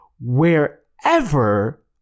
wherever